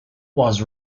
was